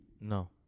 No